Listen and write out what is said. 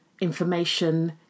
information